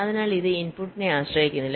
അതിനാൽ ഇത് ഇൻപുട്ടിനെ ആശ്രയിക്കുന്നില്ല